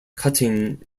cutting